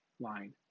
line